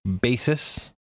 basis